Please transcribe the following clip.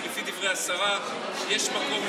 כי לפי דברי השרה יש מקום,